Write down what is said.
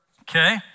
Okay